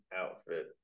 outfit